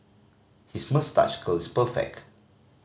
his moustache curl is perfect